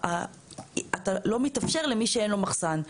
לא מתאפשר למי שאין לו מחסן,